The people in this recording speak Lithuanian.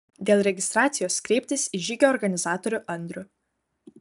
dėl registracijos kreiptis į žygio organizatorių andrių